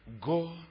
go